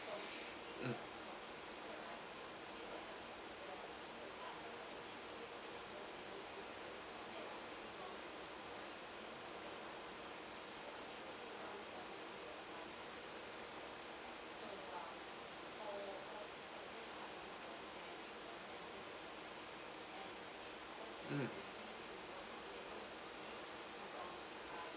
mm mm